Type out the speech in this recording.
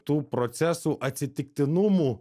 tų procesų atsitiktinumų